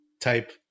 type